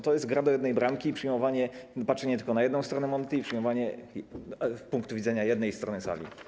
To jest gra do jednej bramki, patrzenie tylko na jedną stronę monety i przyjmowanie punktu widzenia jednej strony sali.